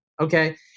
Okay